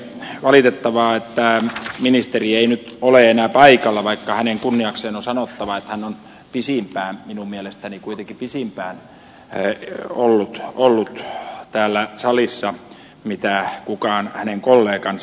on valitettavaa että ministeri ei nyt ole enää paikalla vaikka hänen kunniakseen on sanottava että hän on minun mielestäni kuitenkin ollut täällä salissa pitempään kuin kukaan hänen kollegansa